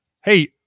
Hey